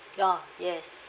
oh yes